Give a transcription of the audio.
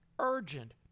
Urgent